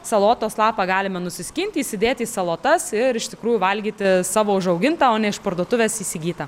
salotos lapą galime nusiskinti įsidėti į salotas ir iš tikrųjų valgyti savo užaugintą o ne iš parduotuvės įsigytą